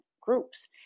groups